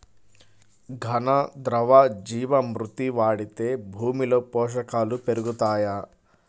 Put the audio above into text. ఘన, ద్రవ జీవా మృతి వాడితే భూమిలో పోషకాలు పెరుగుతాయా?